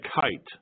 kite